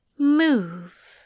Move